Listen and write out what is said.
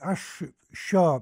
aš šio